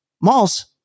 Malls